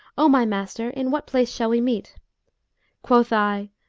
o my master, in what place shall we meet quoth i,